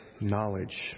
knowledge